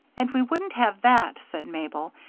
and we wouldn't have that, said mabel,